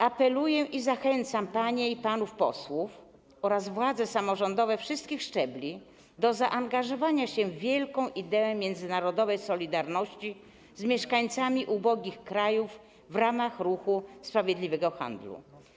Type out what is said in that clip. Apeluję, zachęcam panie i panów posłów oraz władze samorządowe wszystkich szczebli do zaangażowania się w wielką ideę międzynarodowej solidarności z mieszkańcami ubogich krajów w ramach ruchu sprawiedliwego handlu.